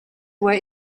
were